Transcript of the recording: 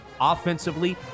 offensively